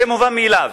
זה מובן מאליו.